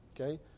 Okay